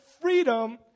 freedom